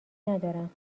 ندارم